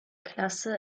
klasse